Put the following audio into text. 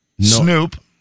Snoop